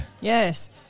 Yes